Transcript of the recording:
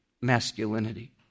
masculinity